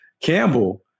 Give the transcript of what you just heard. Campbell